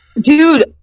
dude